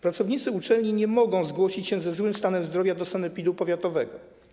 Pracownicy uczelni nie mogą zgłosić się w złym stanie zdrowia do sanepidu powiatowego.